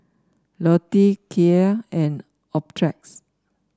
Lotte Kia and Optrex